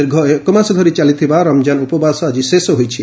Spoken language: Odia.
ଦୀର୍ଘ ଏକ ମାସ ଧରି ଚାଲିଥିବା ରମ୍ଜାନ ଉପବାସ ଆଜି ଶେଷ ହୋଇଛି